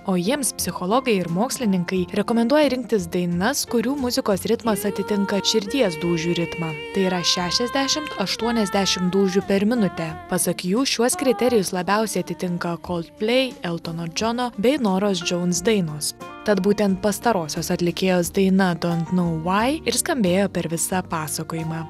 o jiems psichologai ir mokslininkai rekomenduoja rinktis dainas kurių muzikos ritmas atitinka širdies dūžių ritmą tai yra šešiasdešim aštuoniasdešim dūžių per minutę pasak jų šiuos kriterijus labiausiai atitinka koldplei eltono džono bei noros džauns dainos tad būtent pastarosios atlikėjos daina dont nou vai ir skambėjo per visą pasakojimą